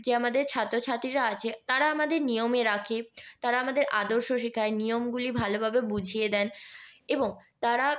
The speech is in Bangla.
যে আমাদের ছাত্রছাত্রীরা আছে তারা আমাদের নিয়মে রাখে তারা আমাদের আদর্শ শেখায় নিয়মগুলি ভালোভাবে বুঝিয়ে দেন এবং তারা